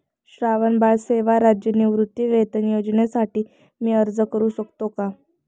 श्रावणबाळ सेवा राज्य निवृत्तीवेतन योजनेसाठी मी अर्ज करू शकतो का?